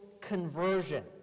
conversion